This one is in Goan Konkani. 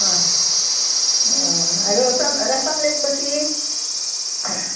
आं र रस आमलेट कशी